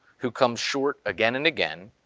who comes short again and again,